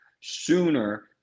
sooner